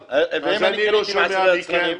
ואם אני לא קונה ישירות מהיצרן.